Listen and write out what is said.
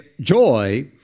joy